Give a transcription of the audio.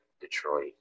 Detroit